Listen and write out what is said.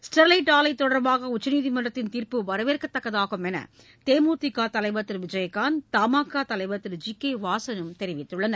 Sterlite ஆலை தொடர்பாக உச்சநீதிமன்றத்தின் தீர்ப்பு வரவேற்கத்தக்கதாகும் என்று தேமுதிக தலைவர் திரு விஜயகாந்த் தமாக தலைவர் திரு ஜி கே வாசனும் தெரிவித்துள்ளனர்